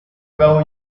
acaba